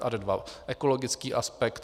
Ad 2 ekologický aspekt.